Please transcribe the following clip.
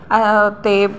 ते